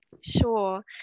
Sure